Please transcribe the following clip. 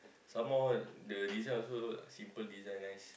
some more the design also simple design nice